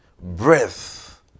breath